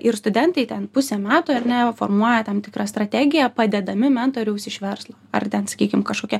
ir studentai ten pusę metų ar ne formuoja tam tikrą strategiją padedami mentoriaus iš verslo ar ten sakykim kažkokia